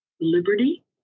liberty